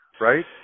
right